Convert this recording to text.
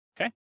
okay